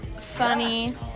funny